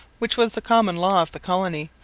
which was the common law of the colony,